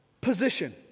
position